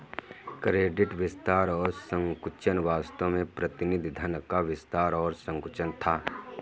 credit विस्तार और संकुचन वास्तव में प्रतिनिधि धन का विस्तार और संकुचन था